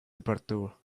departure